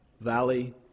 valley